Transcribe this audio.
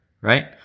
right